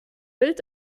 wild